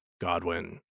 Godwin